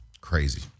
Crazy